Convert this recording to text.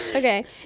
Okay